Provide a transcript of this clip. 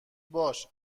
باش